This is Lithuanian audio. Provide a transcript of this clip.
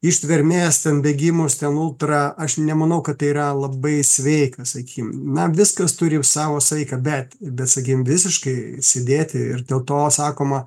ištvermės ten bėgimus ten ultra aš nemanau kad tai yra labai sveika sakykim na viskas turi savo saiką bet bet sakykim visiškai sėdėti ir dėl to sakoma